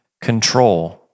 control